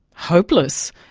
hopeless?